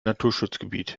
naturschutzgebiet